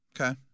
Okay